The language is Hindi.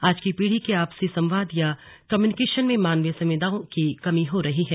आज की पीढ़ी के आपसी संवाद या कम्युनिकेशन में मानवीय संवेदनाओं की कमी हो रही है